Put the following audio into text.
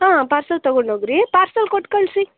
ಹಾಂ ಪಾರ್ಸೆಲ್ ತಗೊಂಡು ಹೋಗ್ರಿ ಪಾರ್ಸೆಲ್ ಕೊಟ್ಟು ಕಳಿಸಿ